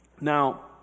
Now